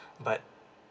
but